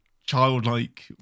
Childlike